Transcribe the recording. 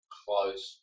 close